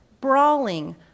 brawling